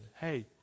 hey